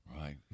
Right